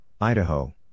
Idaho